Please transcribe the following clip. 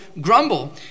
grumble